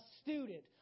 student